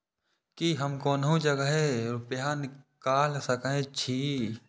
की हम कोनो जगह रूपया निकाल सके छी?